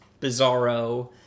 Bizarro